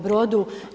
Brodu.